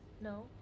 No